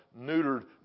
neutered